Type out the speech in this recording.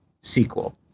sequel